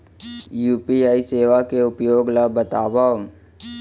UPI सेवा के उपयोग ल बतावव?